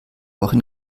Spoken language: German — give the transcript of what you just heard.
woche